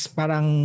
parang